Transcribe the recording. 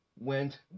went